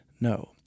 No